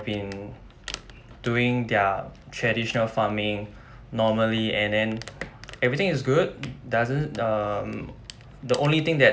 been doing their traditional farming normally and then everything is good doesn't um the only thing that